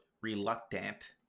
reluctant